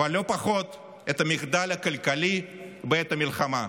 אבל לא פחות את המחדל הכלכלי בעת המלחמה,